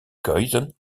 kuisen